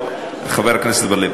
חבר הכנסת בר-לב,